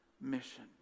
mission